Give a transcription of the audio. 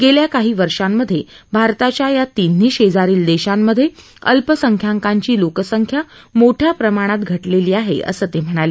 गेल्या काही वर्षामध्ये भारताच्या या तिन्ही शेजारील देशांमध्ये अल्पसंख्यांकांची लोकसंख्या मोठ्या प्रमाणात घटलेली आहे असं ते म्हणाले